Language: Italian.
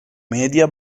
media